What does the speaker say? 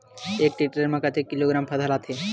एक टेक्टर में कतेक किलोग्राम फसल आता है?